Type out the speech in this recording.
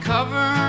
Cover